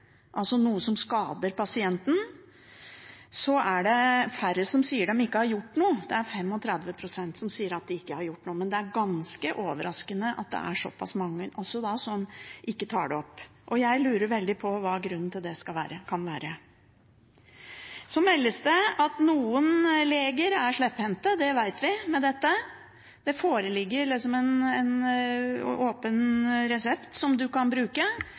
noe som altså skader pasienten, er det færre som sier de ikke har gjort noe – 35 pst. sier at de ikke har gjort noe. Det er ganske overraskende at det er såpass mange som ikke tar det opp. Jeg lurer veldig på hva grunnen til det kan være. Så meldes det at noen leger er slepphendt med dette, det vet vi – det foreligger liksom en åpen resept som man kan bruke